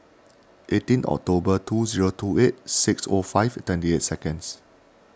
eighteen October two zero two eight six O five twenty eight seconds